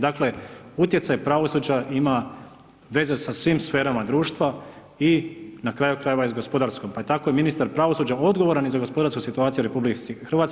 Dakle, utjecaj pravosuđa ima veze sa svim sferama društva i na kraju krajeva i s gospodarskom, pa je tako i ministar pravosuđa odgovoran i za gospodarsku situaciju u RH.